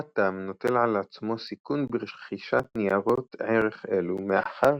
החתם נוטל על עצמו סיכון ברכישת ני"ע אלו מאחר